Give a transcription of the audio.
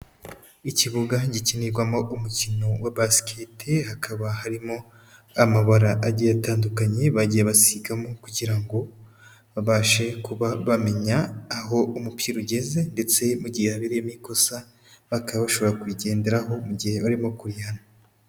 Ikibuga gikinirwamo umukino wa basikete, hakaba harimo amabara agiye atandukanye bagiye basigamo kugira ngo babashe kuba bamenya aho umuki ugeze, ndetse mu gihe yabereyemo ikosa bakaba bashobora kurigenderaho mu gihe barimo kurihana.